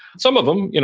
some of them, you know